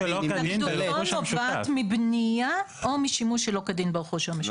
התנגדותו נובעת מבנייה או משימוש שלא כדין ברכוש המשותף.